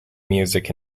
music